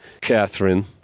Catherine